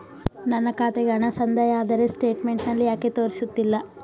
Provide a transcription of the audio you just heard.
ನನ್ನ ಖಾತೆಗೆ ಹಣ ಸಂದಾಯ ಆದರೆ ಸ್ಟೇಟ್ಮೆಂಟ್ ನಲ್ಲಿ ಯಾಕೆ ತೋರಿಸುತ್ತಿಲ್ಲ?